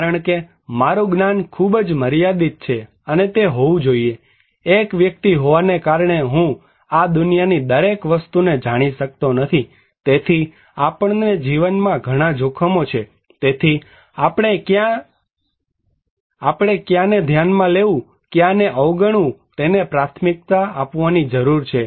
કારણકે મારું જ્ઞાન ખૂબ જ મર્યાદિત છે અને તે હોવું જોઈએ એક વ્યક્તિ હોવાને કારણે હું આ દુનિયાની દરેક વસ્તુને જાણી શકતો નથી તેથી આપણને જીવનમાં ઘણા જોખમો છે તેથી આપણે કયા ને ધ્યાનમાં લેવું જોઈએકયા ને અવગણવું જોઈએ તેને પ્રાથમિકતા આપવાની જરૂર છે